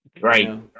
Right